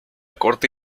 corte